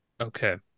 okay